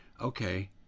okay